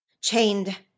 chained